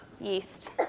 yeast